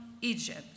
Egypt